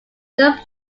third